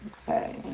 Okay